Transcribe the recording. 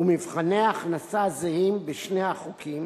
ומבחני ההכנסה זהים בשני החוקים